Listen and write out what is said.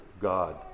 God